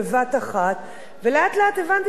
ולאט לאט הבנתי שבאמת זו הדרך,